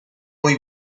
muy